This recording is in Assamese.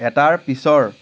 এটাৰ পিছৰ